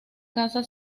casa